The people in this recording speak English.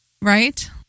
Right